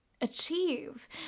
achieve